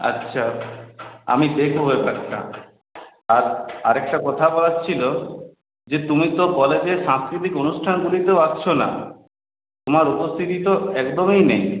আচ্ছা আমি দেখবো ব্যাপারটা আর আরেকটা কথা বলার ছিল যে তুমি তো কলেজের সাংস্কৃতিক অনুষ্ঠানগুলিতেও আসছ না তোমার উপস্থিতি তো একদমই নেই